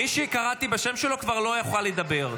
מי שקראתי בשם שלו כבר לא יוכל לדבר.